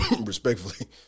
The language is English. Respectfully